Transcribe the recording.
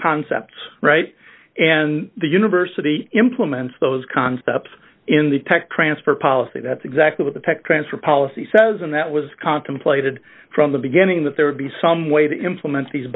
concepts right and the university implements those concepts in the tech transfer policy that's exactly what the tech transfer policy says and that was contemplated from the beginning that there would be some way to implement these